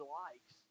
likes